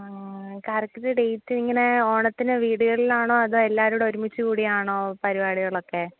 ആ correct date ഇങ്ങനെ ഓണത്തിന് വീടുകളിലാണോ അതോ എല്ലാവരും കൂടെ ഒരുമിച്ച് കൂടി ആണോ പരിപാടികളൊക്കെ